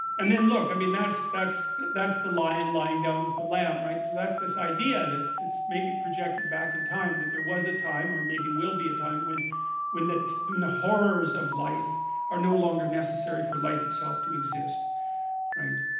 and then look i mean that's that's that's the lion lying down with the lamb right so that's this idea that's that's maybe projected back in time that there was a time or maybe will be a time when when that the horrors of life are no longer necessary for life itself to exist right